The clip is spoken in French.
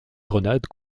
grenade